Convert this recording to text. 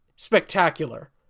Spectacular